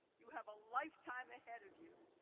you have a lifetime ahead of you,